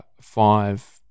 five